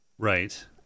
Right